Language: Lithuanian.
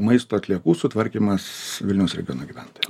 maisto atliekų sutvarkymas vilniaus regiono gyventojams